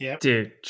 Dude